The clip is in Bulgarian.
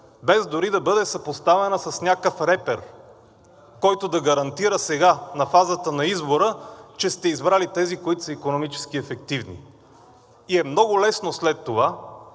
без дори да бъде съпоставена с някакъв репер, който да гарантира сега – на фазата на избора, че сте избрали тези, които са икономически ефективни. И е много лесно след това